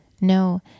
No